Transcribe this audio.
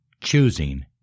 choosing